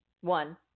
One